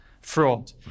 fraud